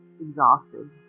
exhausted